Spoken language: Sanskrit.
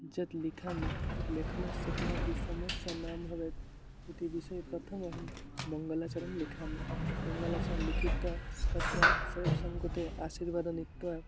यत् लिखामि तस्य लेखनस्य कापि समस्या न भवेत् इति विषये प्रथमम् अहं मङ्गलाचरणं लिखामि मङ्गलाचरणं लिखित्वा तत्र सर्वेषां कृते आशीर्वादान् नीत्वा